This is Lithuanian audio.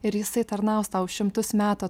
ir jisai tarnaus tau šimtus metų